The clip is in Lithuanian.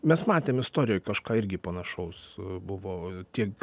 mes matėm istorijoj kažką irgi panašaus buvo tiek